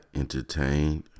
entertained